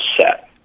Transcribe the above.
set